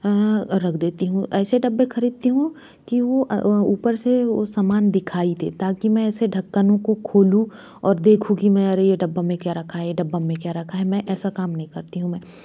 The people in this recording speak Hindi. रख देती हूँ ऐसी डिब्बे खरीदता हूँ कि वह ऊपर से समान दिखाई देता कि मैं ऐसे धक्कानों को खोलो और देखूँ कि मैं आ रही है डब्बा में क्या रखा है डिब्बा में क्या रखा है मैं ऐसा काम नहीं करती हूँ मैं